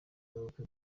n’ubukwe